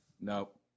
Nope